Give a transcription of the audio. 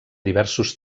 diversos